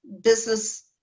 business